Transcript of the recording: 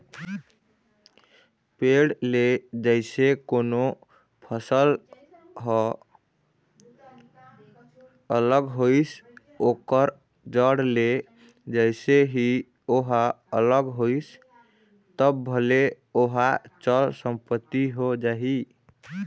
पेड़ ले जइसे कोनो फसल ह अलग होइस ओखर जड़ ले जइसे ही ओहा अलग होइस तब भले ओहा चल संपत्ति हो जाही